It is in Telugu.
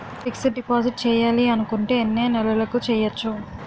ఫిక్సడ్ డిపాజిట్ చేయాలి అనుకుంటే ఎన్నే నెలలకు చేయొచ్చు?